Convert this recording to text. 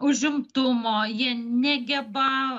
užimtumo jie negeba